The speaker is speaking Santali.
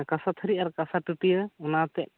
ᱠᱟᱸᱥᱟ ᱛᱷᱟᱹᱨᱤ ᱟᱨ ᱠᱟᱸᱥᱟ ᱴᱟᱹᱴᱭᱟᱹ ᱚᱱᱟ ᱟᱛᱮ